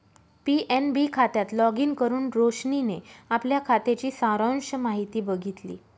PNB खात्यात login करुन रोशनीने आपल्या खात्याची सारांश माहिती बघितली